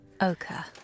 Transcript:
Ochre